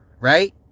Right